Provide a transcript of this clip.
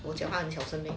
我讲话很小声 meh